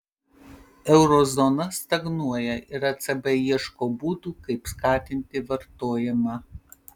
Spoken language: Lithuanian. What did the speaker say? euro zona stagnuoja ir ecb ieško būdų kaip skatinti vartojimą